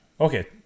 okay